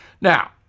Now